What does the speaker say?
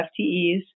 FTEs